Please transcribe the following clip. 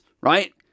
right